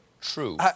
true